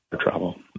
travel